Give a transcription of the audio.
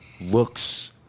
looks